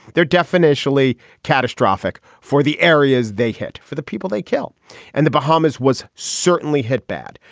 they're definitely catastrophic for the areas they hit. for the people they kill and the bahamas was certainly hit bad.